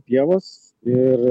pievos ir